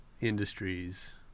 industries